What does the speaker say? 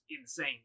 insane